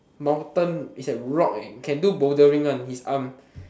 mountain is like rock eh can do bouldering one his arm